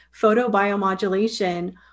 photobiomodulation